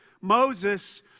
Moses